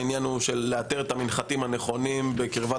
העניין הוא לאתר את המנחתים הנכונים בקרבת